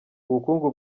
ubukungu